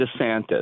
DeSantis